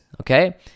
okay